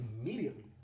immediately